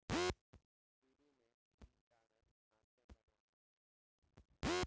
शुरु में ई कागज हाथे बनावल जाओ